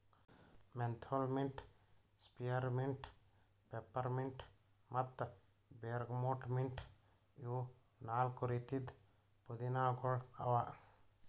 menthol mint, spearmint, peppermint ಮತ್ತ bergamot mint ಇವು ನಾಲ್ಕು ರೀತಿದ್ ಪುದೀನಾಗೊಳ್ ಅವಾ